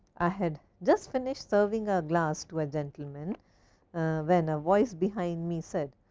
i had just finished serving a glass to a gentleman when a voice behind me said,